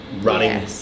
running